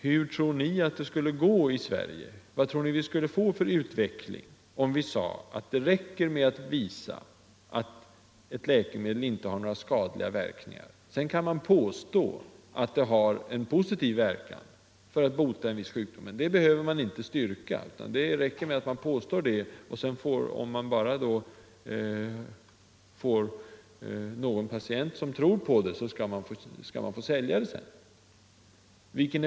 Hur tror ni att det skulle gå i Sverige, vad tror ni att vi skulle få för utveckling om vi sade att det räcker med att visa att ett läkemedel inte har några skadliga verkningar? Sedan kan man påstå att det har en viss positiv verkan för att bota en sjukdom, men det behöver man inte styrka. Om man bara får någon patient som tror på medlet, skall man få sälja det sedan.